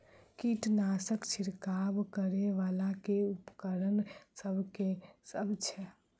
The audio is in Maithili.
कीटनासक छिरकाब करै वला केँ उपकरण सब छै?